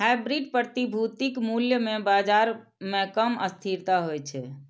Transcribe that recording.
hybrid प्रतिभूतिक मूल्य मे बाजार मे कम अस्थिरता होइ छै